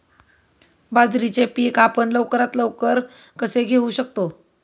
बाजरीचे पीक आपण लवकरात लवकर कसे घेऊ शकतो?